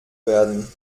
werden